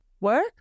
work